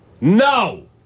No